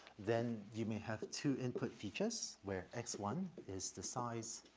then you may have two input features where x one is the size,